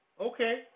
Okay